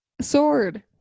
sword